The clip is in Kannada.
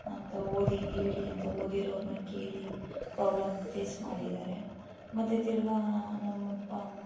ಅಂತ ಓದಿ ಹೇಳಿ ಅಂತ ಓದಿರೋರನ್ನ ಕೇಳಿ ಪ್ರಾಬ್ಲಮ್ ಫೇಸ್ ಮಾಡಿದ್ದಾರೆ ಮತ್ತು ತಿರ್ಗಿ ನಮ್ಮ ಅಪ್ಪ ಅಮ್ಮ